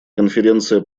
конференция